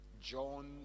John